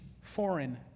foreign